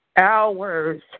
hours